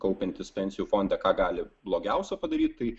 kaupiantis pensijų fonde ką gali blogiausio padaryt tai